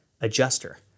adjuster